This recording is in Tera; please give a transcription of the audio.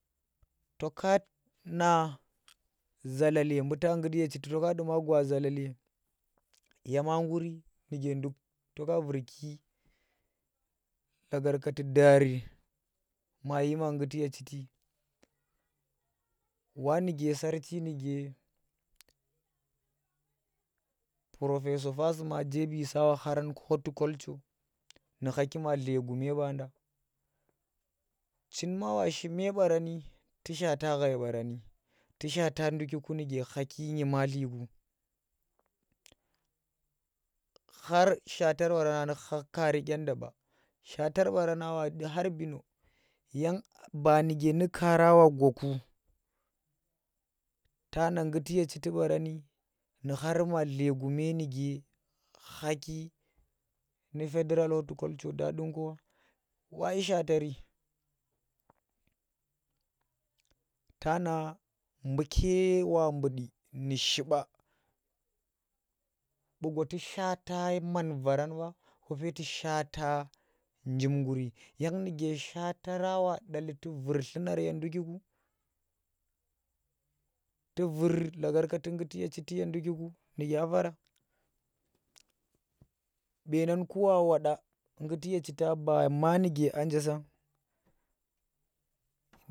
To ka na zalale buu ta duma ngght ye chiti to ka gwa zalale yema nggur nuke nduk to ka vurki lagargata daari mayi ma ngguti ye chiti wa nuke sarchi nuke professor fatsuma J. B Sawa Kharan Horticulture nu khaki ma dlegume banda chin ma washi me barani tu shaata chin ma washi me barani tu shaata ghai barani tu shaata ndukiku nuke khaki nymatliku khar shaatar baara nani nukha kaari dyenda ba shaatar baara na wadu khar bino yang baa nuke nu kaara wa gwaku tana ngguti ye chitti baarana nu khar ma dlegume nuke khaki Federal Horticulture Dadin Kowa wayi shaatari tana mbuke wa nbudi nu shiɓa buu gwa tu shata man varan kope ku shaata njim ngguri yang nu ge shaataran wa ɗatli; tu vur dlunar ye ndukiku tu Vur dagargati ngguti ye chiti ye nduki nuke aa fara beenang ku wa woda nggut ye chita ba ma nuku anje sang.